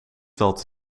dat